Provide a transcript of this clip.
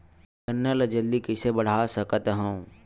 गन्ना ल जल्दी कइसे बढ़ा सकत हव?